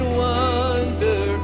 wonder